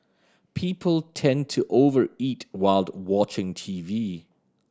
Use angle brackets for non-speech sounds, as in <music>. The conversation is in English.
people tend to over eat while <unintelligible> watching T V